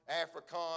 African